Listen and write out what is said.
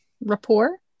rapport